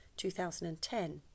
2010